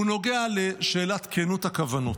והוא נוגע לשאלת כנות הכוונות.